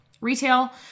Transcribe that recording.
retail